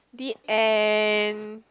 the end